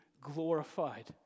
glorified